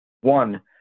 one